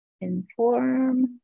inform